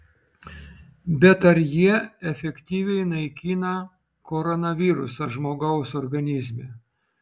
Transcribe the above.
bet ar jie efektyviai naikina koronavirusą žmogaus organizme